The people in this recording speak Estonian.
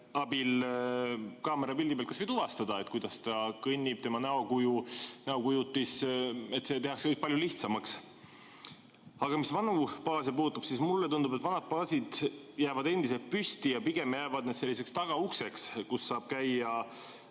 või kaamerapildi pealt tuvastada, kuidas ta kõnnib, tema näokujutis. See tehakse kõik palju lihtsamaks. Aga mis vanu baase puudutab, siis mulle tundub, et vanad baasid jäävad endiselt püsti ja pigem jäävad need tagaukseks, kust saab käia